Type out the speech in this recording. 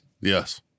Yes